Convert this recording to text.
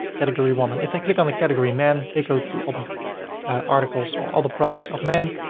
category women. if they click on the category men, they go to all the articles or all the products of men.